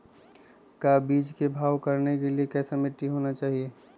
का बीज को भाव करने के लिए कैसा मिट्टी होना चाहिए?